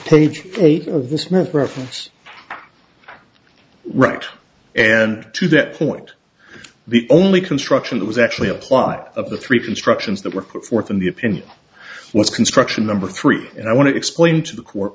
page eight of the smith reference right and to that point the only construction that was actually apply of the three constructions that were put forth in the opinion was construction number three and i want to explain to the court